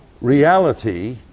reality